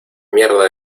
mierda